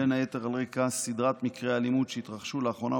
בין היתר על רקע סדרת מקרי אלימות שהתרחשו לאחרונה,